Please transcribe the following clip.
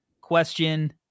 question